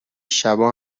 شبا